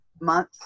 Month